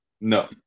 no